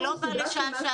הוא לא בא לשעה-שעתיים.